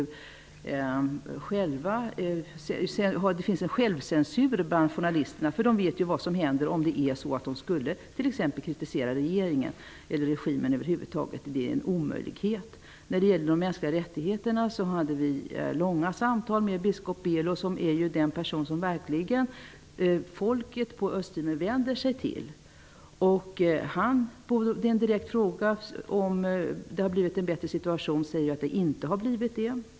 Det finns en självcensur bland journalisterna eftersom de vet vad som händer om de skulle kritisera regeringen eller regimen över huvud taget. Det är en omöjlighet. När det gäller de mänskliga rättigheterna hade vi långa samtal med biskop Belo som ju är den person som folket på Östtimor vänder sig till. På en direkt fråga om situationen förbättras säger han att den inte har det.